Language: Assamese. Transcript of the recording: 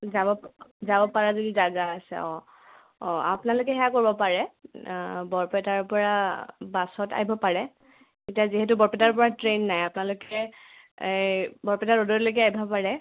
যাব যাব পাৰা যদি জেগা আছে অঁ অঁ আপোনালোকে সেয়া কৰিব পাৰে বৰপেটাৰ পৰা বাছত আহিব পাৰে এতিয়া যিহেতু বৰপেটাৰ পৰা ট্ৰেইন নাই আপোনালোকে এই বৰপেটা ৰ'ডলৈকে আহিব পাৰে